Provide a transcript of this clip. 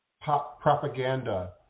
propaganda